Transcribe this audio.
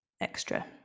extra